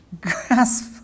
grasp